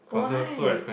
why